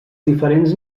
diferents